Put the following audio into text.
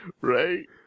Right